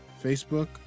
Facebook